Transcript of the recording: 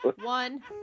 one